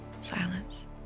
silence